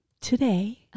Today